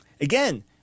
Again